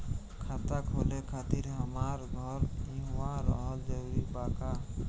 खाता खोले खातिर हमार घर इहवा रहल जरूरी बा का?